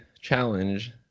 challenge